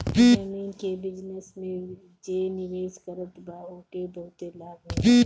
जमीन के बिजनस में जे निवेश करत बा ओके बहुते लाभ होत हवे